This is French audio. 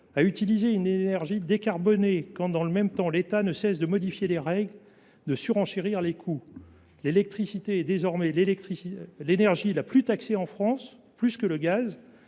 à utiliser une énergie décarbonée, quand, dans le même temps, l’État ne cesse de modifier les règles et de surenchérir les coûts ? L’électricité est désormais l’énergie la plus taxée en France ; elle